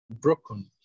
broken